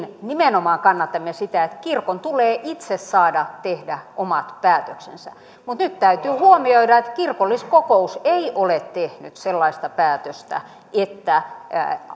nimenomaan kannatamme sitä että kirkon tulee itse saada tehdä omat päätöksensä mutta nyt täytyy huomioida että kirkolliskokous ei ole tehnyt sellaista päätöstä että